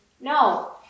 no